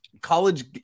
college